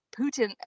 Putin